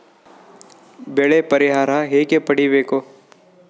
ಬೆಳೆ ಪರಿಹಾರ ಹೇಗೆ ಪಡಿಬೇಕು?